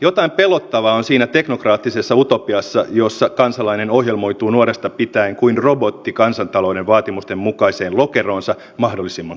jotain pelottavaa on siinä teknokraattisessa utopiassa jossa kansalainen ohjelmoituu nuoresta pitäen kuin robotti kansantalouden vaatimusten mukaiseen lokeroonsa mahdollisimman kustannustehokkaasti